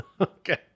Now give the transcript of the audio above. Okay